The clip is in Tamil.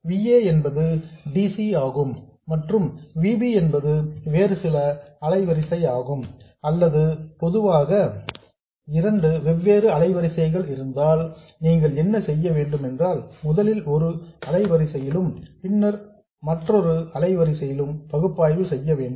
V a என்பது dc ஆகும் மற்றும் V b என்பது வேறு சில அலைவரிசை ஆகும் அல்லது பொதுவாக 2 வெவ்வேறு அலைவரிசைகள் இருந்தால் நீங்கள் என்ன செய்ய வேண்டும் என்றால் முதலில் ஒரு அலைவரிசையிலும் பின்னர் மற்றொரு அலைவரிசையிலும் பகுப்பாய்வு செய்ய வேண்டும்